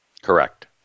Correct